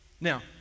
Now